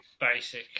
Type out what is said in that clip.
basic